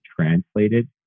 translated